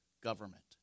government